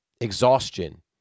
exhaustion